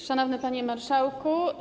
Szanowny Panie Marszałku!